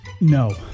No